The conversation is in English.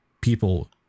people